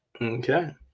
Okay